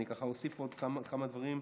אני אוסיף עוד כמה דברים,